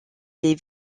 les